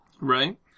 Right